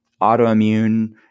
autoimmune